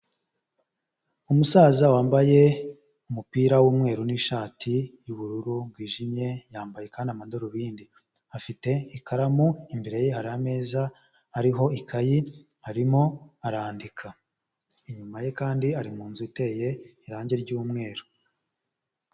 Umusaza wambaye umupira w'umweru n'ishati yubururu bwijimye, yambaye kandi amadarubindi, afite ikaramu, imbere ye hari ameza ariho ikayi, arimo arandika, inyuma ye kandi hari ari nzu iteye irangi ryumweru.